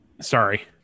Sorry